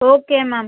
okay ma'am